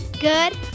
Good